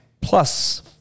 plus